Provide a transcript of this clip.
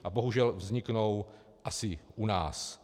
A bohužel vzniknou asi i u nás.